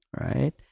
Right